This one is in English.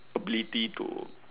ability to